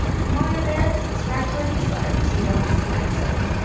and while you're there, subscribe to our newsletter so you don't miss an episode.